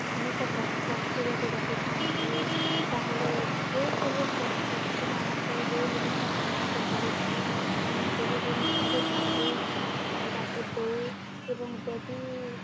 ଅନେକ ପଶୁପକ୍ଷୀ ଯଦି ରଖିଥାନ୍ତି ତା'ହେଲେ ଯେଉଁ ସବୁ ପଶୁପକ୍ଷୀମାନଙ୍କୁ ଯେଉଁ ଜିନିଷ ଖାଇବାକୁ ପଡ଼ିଥାଏ ଆମେ ସେହି ଜିନିଷ ହିଁ ତାକୁ ଖାଇବାକୁ ଦେଉ ଏବଂ ଯଦି